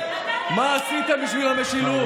מה עשיתם בשביל המשילות?